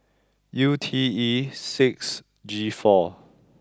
U T E six G four